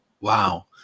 Wow